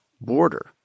border